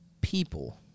people